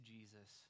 Jesus